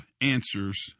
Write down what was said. answers